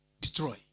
destroy